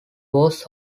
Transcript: was